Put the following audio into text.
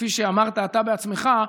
וכפי שאמרת אתה בעצמך,